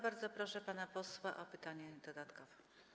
Bardzo proszę pana posła o pytanie dodatkowe.